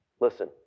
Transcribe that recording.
Listen